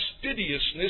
fastidiousness